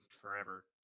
forever